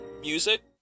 music